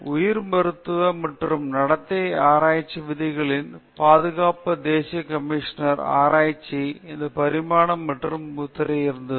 உயிரிமருத்துவ மற்றும் நடத்தை ஆராய்ச்சி மனிதர்களின் பாதுகாப்பு தேசிய கமிஷன் ஆராய்ச்சி இந்த பரிணாம வளர்ச்சி மற்றொரு முத்திரை இருந்தது